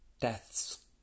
deaths